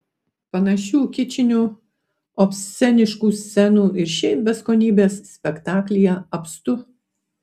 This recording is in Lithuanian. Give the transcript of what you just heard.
panašių kičinių obsceniškų scenų ir šiaip beskonybės spektaklyje apstu